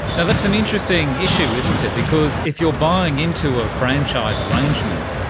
yeah that's an interesting issue, isn't it, because if you are buying into a franchise arrangement,